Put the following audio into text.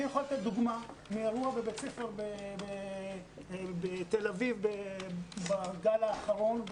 אני יכול לתת דוגמה מאירוע בבית ספר בתל אביב בגל האחרון,